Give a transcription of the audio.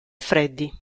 freddi